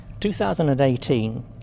2018